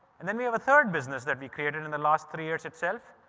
and then, we have a third business that we created in the last three years itself.